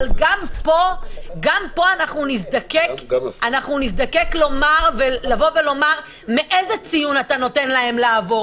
אבל גם פה נזדקק לבוא ולומר מאיזה ציון אתה נותן להם לעבור.